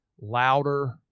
louder